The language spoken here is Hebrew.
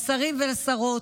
לשרים ולשרות,